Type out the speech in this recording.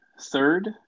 third